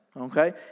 Okay